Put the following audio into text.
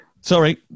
Sorry